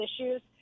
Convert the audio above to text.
issues